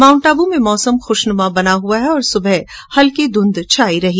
माउंटआबू में मौसम खुशनुमा बना हुआ है और सुबह हल्की धुंध छायी रही